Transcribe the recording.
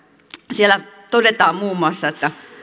siellä todetaan muun muassa